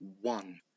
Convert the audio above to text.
one